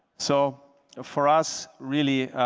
so for us really